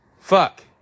fuck